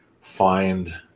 find